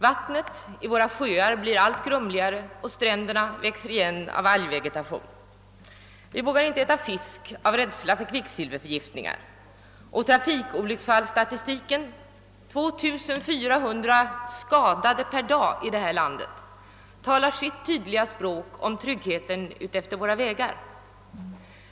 Vattnet i våra sjöar blir allt grumligare och stränderna växer igen av algvegetation. Vi vågar inte äta fisk av rädsla för kvicksilverförgiftningar. Trafikskadestatistiken — ca 2 400 fall per dag i detta land — talar sitt tydliga språk om tryggheten på våra vägar.